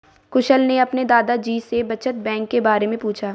कुशल ने अपने दादा जी से बचत बैंक के बारे में पूछा